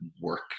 work